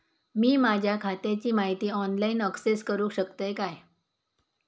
मी माझ्या खात्याची माहिती ऑनलाईन अक्सेस करूक शकतय काय?